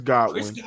Godwin